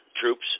troops